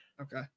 Okay